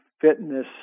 fitness